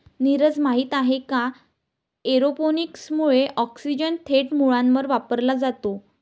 नीरज, माहित आहे का एरोपोनिक्स मुळे ऑक्सिजन थेट मुळांवर वापरला जातो